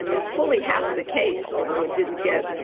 i mean, as fully half of the case, although it didn't get,